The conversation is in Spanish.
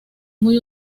muy